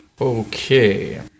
Okay